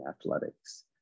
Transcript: athletics